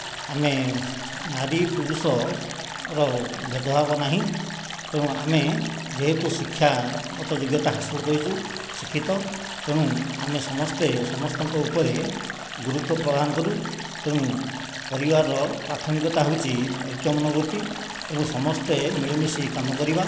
ଆମେ ନାରୀ ପୁରୁଷର ଭେଦଭାବ ନାହିଁ ତେଣୁ ଆମେ ଯେହେତୁ ଶିକ୍ଷାଗତ ଯୋଗ୍ୟତା ହାସଲ କରିଛୁ ଶିକ୍ଷିତ ତେଣୁ ଆମେ ସମସ୍ତେ ସମସ୍ତଙ୍କ ଉପରେ ଗୁରୁତ୍ତ୍ୱ ପ୍ରଦାନ କରୁ ତେଣୁ ପରିବାରର ପ୍ରାଥମିକତା ହେଉଛି ଐକ ମନୋବୃତ୍ତି ଏବଂ ସମସ୍ତେ ମିଳିମିଶି କାମ କରିବା